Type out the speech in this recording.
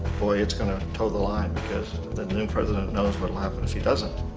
boy it's gonna toe the line because that new president knows what will happen if he doesn't.